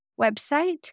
website